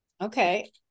Okay